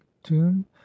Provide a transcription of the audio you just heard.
tomb